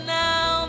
now